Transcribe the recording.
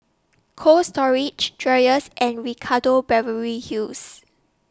Cold Storage Dreyers and Ricardo Beverly Hills